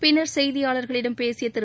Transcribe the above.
பின்னர் செய்தியாளர்களிடம் பேசிய திரு